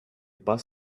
bus